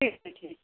ठीक है ठीक